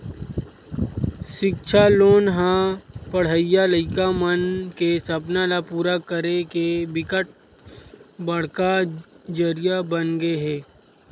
सिक्छा लोन ह पड़हइया लइका मन के सपना ल पूरा करे के बिकट बड़का जरिया बनगे हे